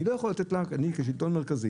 אנחנו כשלטון מרכזי,